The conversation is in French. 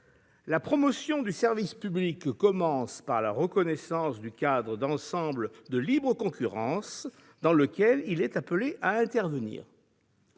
La promotion du service public commence dans une pleine reconnaissance du cadre d'ensemble de libre concurrence dans lequel il est appelé à intervenir.